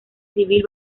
civil